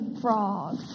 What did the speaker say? frog